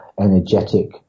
energetic